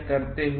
करते हुए